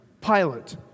Pilate